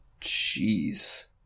jeez